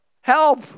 Help